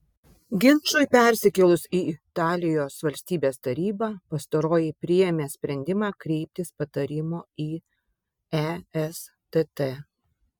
ginčui persikėlus į italijos valstybės tarybą pastaroji priėmė sprendimą kreiptis patarimo į estt